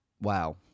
wow